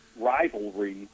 rivalry